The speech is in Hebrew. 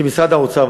כמשרד האוצר,